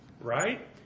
Right